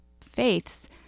faiths